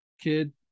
kid